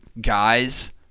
guys